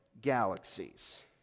galaxies